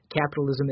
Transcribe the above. capitalism